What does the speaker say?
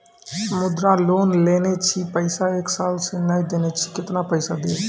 मुद्रा लोन लेने छी पैसा एक साल से ने देने छी केतना पैसा देब?